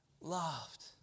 loved